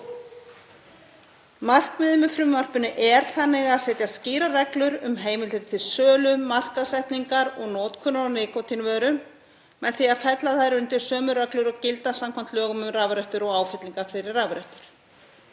Markmiðið með frumvarpinu er þannig að setja skýrar reglur um heimildir til sölu, markaðssetningar og notkunar á nikótínvörum með því að fella þær undir sömu reglur og gilda samkvæmt lögum um rafrettur og áfyllingar fyrir rafrettur.